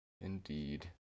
indeed